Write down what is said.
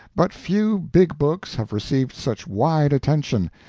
but few big books have received such wide attention,